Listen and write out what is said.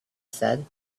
said